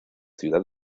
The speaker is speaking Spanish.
ciudad